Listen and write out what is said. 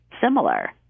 similar